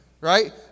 right